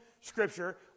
Scripture